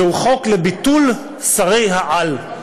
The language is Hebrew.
זהו חוק לביטול שרי-העל.